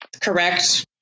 correct